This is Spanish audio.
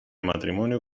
matrimonio